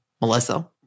Melissa